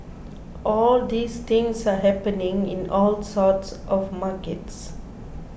all these things are happening in all sorts of markets